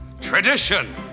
tradition